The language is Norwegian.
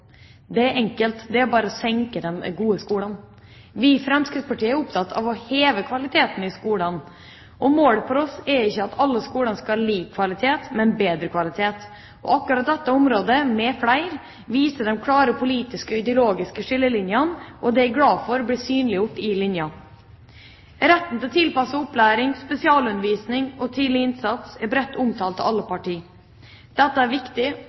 Det er enkelt, det er jo bare å senke de gode skolene. Vi i Fremskrittspartiet er opptatt av å heve kvaliteten i skolene. Målet for oss er ikke at alle skolene skal ha lik kvalitet, men bedre kvalitet. Akkurat dette området, med flere, viser de klare politiske og ideologiske skillelinjene, og det er jeg glad for blir synliggjort i linja. Retten til tilpasset opplæring, spesialundervisning og tidlig innsats er bredt omtalt av alle parti. Dette er viktig,